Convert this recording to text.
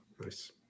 Nice